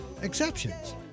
Exceptions